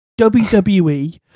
WWE